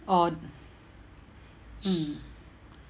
or mm